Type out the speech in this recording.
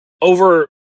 over